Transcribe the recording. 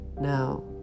Now